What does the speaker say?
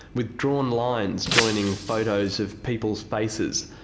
with drawn lines joining photos of people's faces.